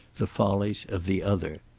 the follies of the other.